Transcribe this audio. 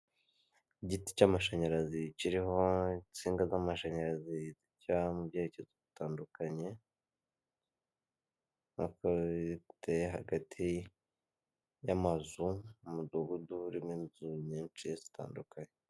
Igiti cy'amashanyarazi kiriho insinga z'amashanyarazi zijya mu byerekezo bitandukanye ubona ko riteye hagati y'amazu umudugudu urimo inzu nyinshi zitandukanye.